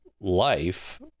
life